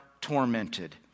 tormented